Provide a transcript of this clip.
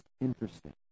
interesting